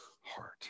heart